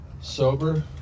sober